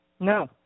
No